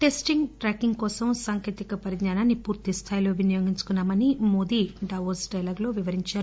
testing tracking కోసం సాంకేతిక పరిజ్ఞానాన్ని పూర్తిస్దాయిలో వినియోగించుకున్నామని మోదీ వివరించారు